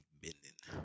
bending